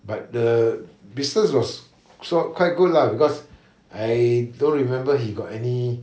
but the business was quite good lah because I don't remember he got any